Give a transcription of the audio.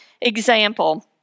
Example